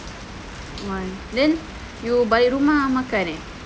then you balik rumah makan eh